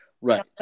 Right